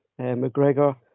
McGregor